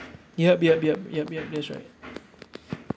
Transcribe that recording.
yup yup yup yup yup that's right